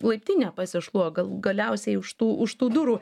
laiptinę pasišluok galų galiausiai už tų už tų durų